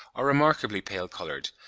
are remarkably pale-coloured,